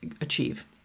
achieve